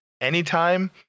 anytime